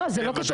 לא, זה לא קשור.